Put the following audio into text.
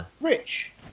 Rich